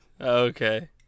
Okay